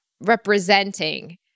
representing